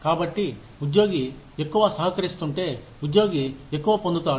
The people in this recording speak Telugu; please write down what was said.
కాబట్టి ఉద్యోగి ఎక్కువ సహకరిస్తుంటే ఉద్యోగి ఎక్కువ పొందుతాడు